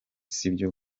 sibyo